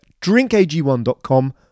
drinkag1.com